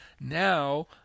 Now